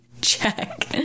check